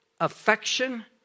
affection